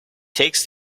takes